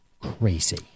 Crazy